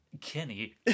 Kenny